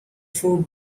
food